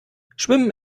schwimmen